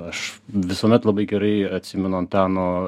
aš visuomet labai gerai atsimenu antano